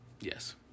Yes